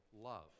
love